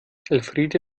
elfriede